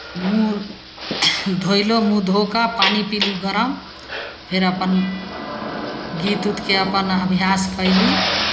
मूँह धोलहुँ मूँह धोऽ कऽ पानि पीलहुँ गरम फेर अपन गीत उतके अपन अभ्यास कयली